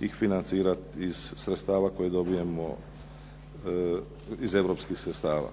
ih financirati iz sredstava koje dobijamo iz europskih sredstava.